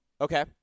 Okay